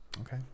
Okay